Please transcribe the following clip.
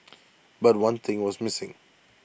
but one thing was missing